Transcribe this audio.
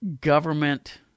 government